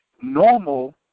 normal